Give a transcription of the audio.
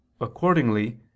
Accordingly